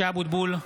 (קורא בשמות חברי הכנסת) משה אבוטבול,